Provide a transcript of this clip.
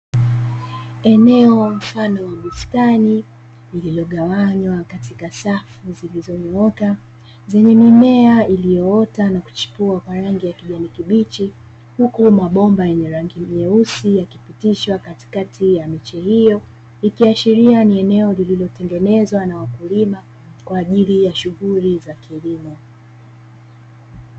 Eneo mfano wa bustani, lililogawanywa katika safu zilizonyooka, zenye mimea iliyoota na kuchipua kwa rangi ya kijani kibichi, huku mabomba yenye rangi nyeusi yakipitishwa katikati ya miche hiyo, ikiashiria ni eneo lililotengenezwa na wakulima kwa ajili ya shughuli za kilimo.